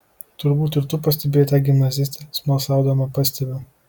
turbūt ir tu pastebėjai tą gimnazistę smalsaudama pastebiu